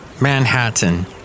Manhattan